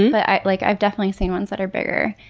but i've like i've definitely seen ones that are bigger.